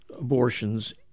abortions